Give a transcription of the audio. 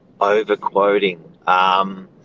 Overquoting